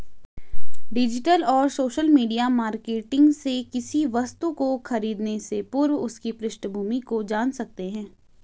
digital और social media marketing से किसी वस्तु को खरीदने से पूर्व उसकी पृष्ठभूमि को जान सकते है